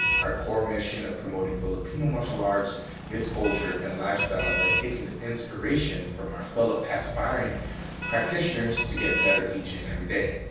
our core mission of promoting filipino martial arts its culture and lifestyle. by taking the inspiration from our fellow aspiring practitioners to get better each and every day.